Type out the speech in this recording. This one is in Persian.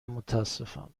متاسفم